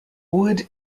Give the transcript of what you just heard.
wood